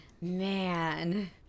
Man